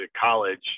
college